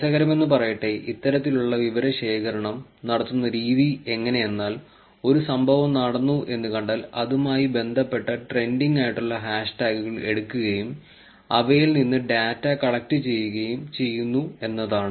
രസകരമെന്നു പറയട്ടെ ഇത്തരത്തിലുള്ള വിവരശേഖരണം നടത്തുന്ന രീതി എങ്ങനെ എന്നാൽ ഒരു സംഭവം നടന്നു എന്ന് കണ്ടാൽ അതുമായി ബന്ധപ്പെട്ട ട്രെൻഡിങ് ആയിട്ടുള്ള ഹാഷ്ടാഗുകൾ എടുക്കുകയും അവയിൽ നിന്ന് ഡാറ്റ കളക്റ്റ് ചെയ്യുകയും ചെയുന്നു എന്നതാണ്